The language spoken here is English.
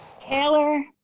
Taylor